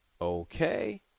Okay